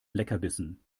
leckerbissen